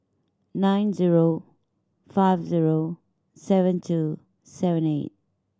nine zero five zero seven two seven eight